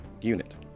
unit